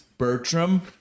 Bertram